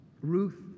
Ruth